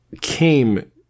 came